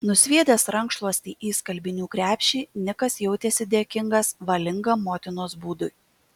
nusviedęs rankšluostį į skalbinių krepšį nikas jautėsi dėkingas valingam motinos būdui